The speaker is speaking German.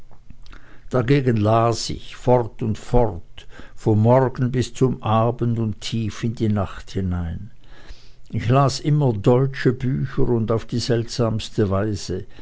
dagegen las ich fort und fort vom morgen bis zum abend und tief in die nacht hinein ich las immer deutsche bücher und auf die seltsamste weise